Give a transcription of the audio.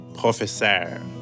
professeur